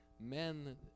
Men